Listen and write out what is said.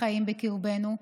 חיים בקרבנו,